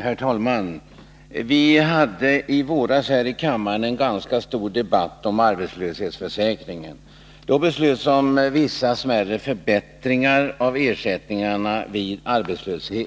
Herr talman! Vi hade i våras här i kammaren en ganska stor debatt om arbetslöshetsförsäkringen. Då beslöts om vissa smärre förbättringar av ersättningarna vid arbetslöshet.